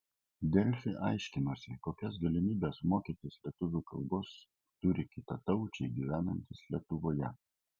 delfi aiškinosi kokias galimybes mokytis lietuvių kalbos turi kitataučiai gyvenantys lietuvoje